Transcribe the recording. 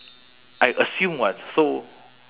I assume what so